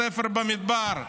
בספר במדבר,